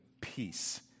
peace